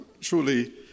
truly